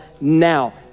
now